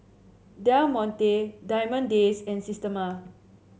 Del Monte Diamond Days and Systema